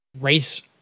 race